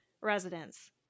residents